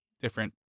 different